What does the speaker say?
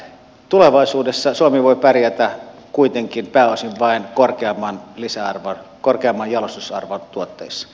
tulevaisuudessa suomi kuitenkin voi pärjätä pääosin vain korkeamman lisäarvon korkeamman jalostusarvon tuotteissa